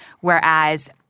Whereas